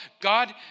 God